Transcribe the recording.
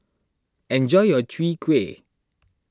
enjoy your Chwee Kueh